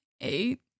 eight